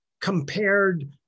compared